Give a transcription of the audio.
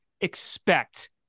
expect